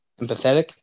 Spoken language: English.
Empathetic